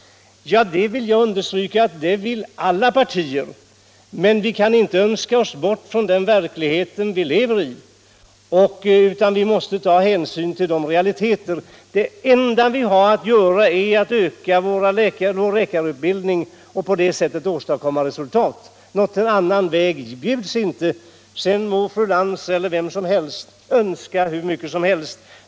Jag vill understryka att det vill alla partier, men vi kan inte önska oss bort från den verklighet vi lever i, utan vi måste ta hänsyn till realiteterna. Det enda vi har att göra är att öka vår läkarutbildning och på det sättet åstadkomma resultat. Någon annan väg bjuds inte, så må fru Lantz eller vem som helst önska hur mycket som helst.